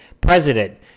President